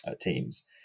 teams